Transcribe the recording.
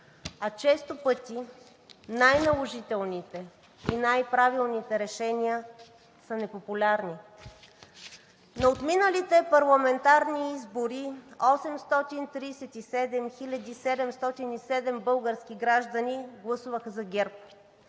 а често пъти най-наложителните и най-правилните решения са непопулярни. На отминалите парламентарни избори 837 хиляди 707 български граждани гласуваха за ГЕРБ.